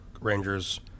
rangers